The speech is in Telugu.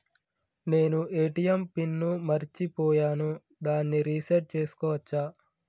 నేను ఏ.టి.ఎం పిన్ ని మరచిపోయాను దాన్ని రీ సెట్ చేసుకోవచ్చా?